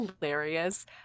hilarious